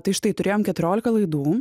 tai štai turėjom keturiolika laidų